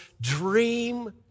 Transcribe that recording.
Dream